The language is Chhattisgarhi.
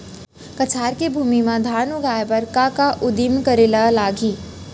कछार के भूमि मा धान उगाए बर का का उदिम करे ला लागही?